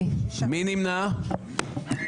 6 נמנעים,